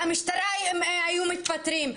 המשטרה, היו מתפטרים.